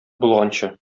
булганчы